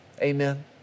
Amen